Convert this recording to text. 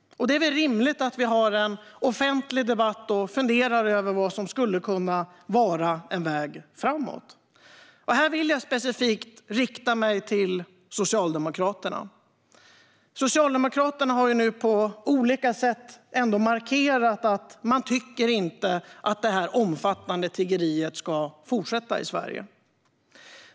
Det är väl rimligt att vi har en offentlig debatt och funderar över vad som skulle kunna vara en väg framåt. Här vill jag specifikt rikta mig till Socialdemokraterna. Socialdemokraterna har nu på olika sätt ändå markerat att man inte tycker att det här omfattande tiggeriet ska fortsätta i Sverige.